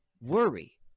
worry